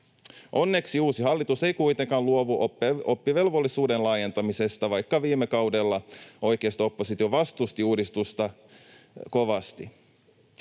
Onneksi uusi hallitus ei kuitenkaan luovu oppivelvollisuuden laajentamisesta, vaikka viime kaudella oikeisto-oppositio vastusti uudistusta kovasti.